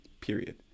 period